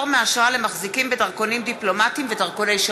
15 מתנגדים, אפס נמנעים.